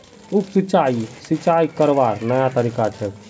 उप सिंचाई, सिंचाई करवार नया तरीका छेक